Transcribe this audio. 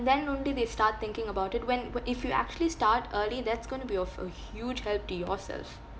then only they start thinking about it when whe~ if you actually start early that's going to be of a huge help to yourself